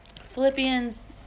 Philippians